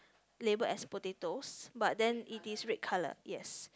label as potatoes but then it is red colour yes